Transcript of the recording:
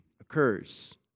occurs